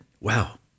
wow